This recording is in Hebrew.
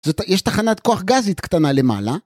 יש תחנת כוח גזית קטנה למעלה.